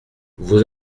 vos